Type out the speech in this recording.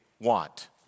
want